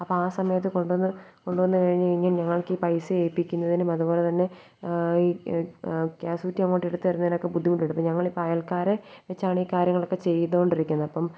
അപ്പോള് ആ സമയത്ത് കൊണ്ടുവന്ന് കൊണ്ടുവന്ന് കഴിഞ്ഞ് കഴിഞ്ഞാൽ ഞങ്ങൾക്കീ പൈസ ഏല്പ്പിക്കുന്നതിനും അതുപോലെ തന്നെ ഈ ഗ്യാസ് കുറ്റി അങ്ങോട്ട് എടുത്ത് തരുന്നതിനൊക്കെ ബുദ്ധിമുട്ടുണ്ട് ഇപ്പോള് ഞങ്ങളിപ്പോള് അയൽക്കാരെ വച്ചാണീ കാര്യങ്ങളൊക്കെ ചെയ്തോണ്ടിരിക്കുന്ന അപ്പോള്